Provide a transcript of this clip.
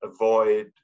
avoid